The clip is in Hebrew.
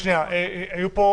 נאפשר